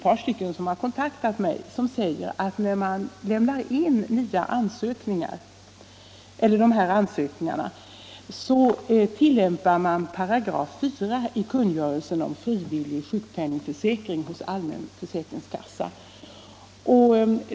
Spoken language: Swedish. Personer som har kontaktat mig har uppgivit att när man lämnar in ansökningarna tillämpas 4 § i kungörelsen om frivillig sjukpenningförsäkring hos allmän försäkringskassa.